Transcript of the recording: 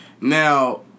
Now